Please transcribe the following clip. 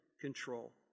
control